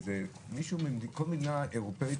איזה מישהו ממדינה אירופאית,